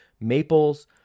Maples